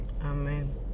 Amen